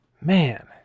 man